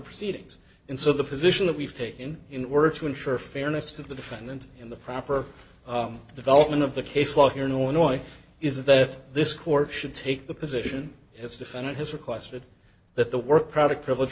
proceedings and so the position that we've taken in order to ensure fairness to the defendant in the proper development of the case law here nor annoy is that this court should take the position his defendant has requested that the work product privilege